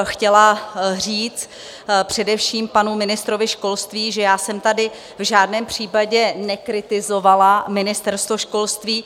Chtěla bych říct především panu ministrovi školství, že já jsem tady v žádném případě nekritizovala Ministerstvo školství.